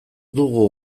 dugu